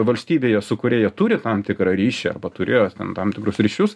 valstybėje su kuria jie turi tam tikrą ryšį arba turėjo ten tam tikrus ryšius